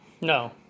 No